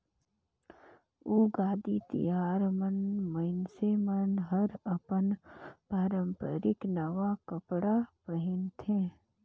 उगादी तिहार मन मइनसे मन हर अपन पारंपरिक नवा कपड़ा पहिनथे